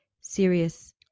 serious